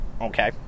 Okay